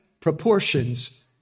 proportions